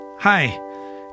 Hi